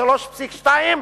או 3.2%,